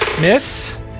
Miss